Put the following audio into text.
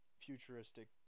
futuristic